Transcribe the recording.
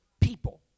people